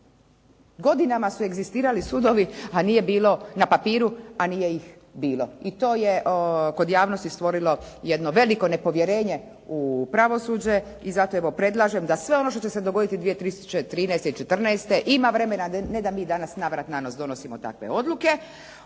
Godinama su egzistirali sudovi a nije bilo na papiru, a nije ih bilo. I to je kod javnosti stvorilo jedno veliko nepovjerenje u pravosuđe. I zato evo predlažem da sve ono što će se dogoditi 2013. i 14 ima vremena, a ne da mi danas na vrat, na nos donosimo takve odluke.